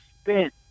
spent